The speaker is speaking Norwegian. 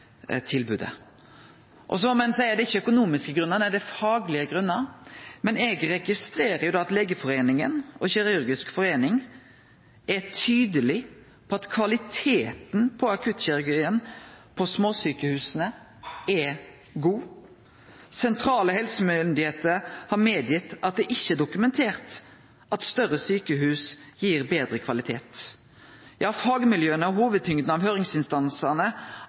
tilbodet. Som ein seier – det er ikkje økonomiske grunnar, det er faglege grunnar. Men eg registrerer at Legeforeningen og Norsk kirurgisk forening er tydelege på at kvaliteten på akuttkirurgien i småsjukehusa er god. Sentrale helsemyndigheiter har medgitt at det ikkje er dokumentert at større sjukehus gir betre kvalitet. Fagmiljøa og hovudtyngda av høyringsinstansane